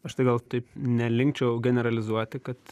aš tai gal taip nelinkčiau generalizuoti kad